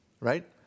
right